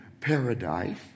paradise